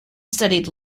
studied